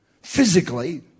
Physically